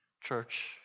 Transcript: church